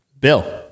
Bill